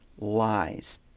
lies